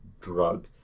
drug